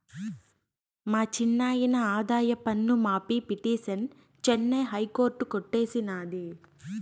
మా చిన్నాయిన ఆదాయపన్ను మాఫీ పిటిసన్ చెన్నై హైకోర్టు కొట్టేసినాది